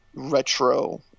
retro